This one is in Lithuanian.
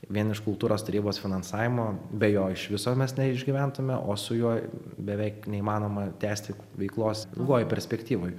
vien iš kultūros tarybos finansavimo be jo iš viso mes neišgyventume o su juo beveik neįmanoma tęsti veiklos ilgoj perspektyvoj